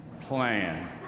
plan